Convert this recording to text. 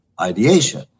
ideation